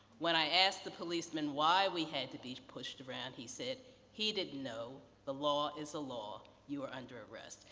when i asked the policeman why we had to be pushed around, he said he didn't know, the law is the ah law, you are under arrest.